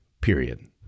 Period